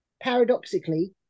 paradoxically